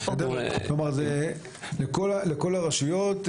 כלומר זה לכל הרשויות,